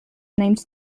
named